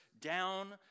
down